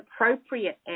appropriate